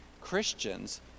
Christians